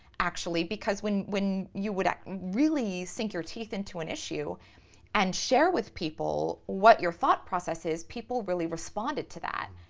actually, because when when you really sink your teeth into an issue and share with people what your thought process is, people really responded to that.